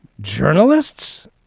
journalists